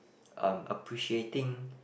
um appreciating